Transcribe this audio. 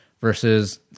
versus